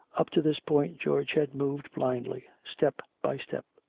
up to this point george had moved blindly, step by step.